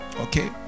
Okay